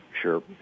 Sure